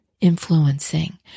influencing